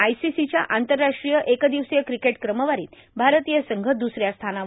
आयसीसीच्या आंतरराष्ट्रीय एक दिवसीय क्रिकेट क्रमवारीत भारतीय संघ दुसऱ्या स्थानावर